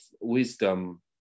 wisdom